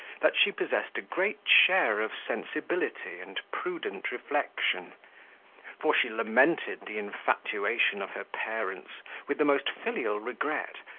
that she possessed a great share of sensibility and prudent reflection for she lamented the infatuation of her parents with the most filial regret,